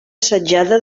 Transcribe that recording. assetjada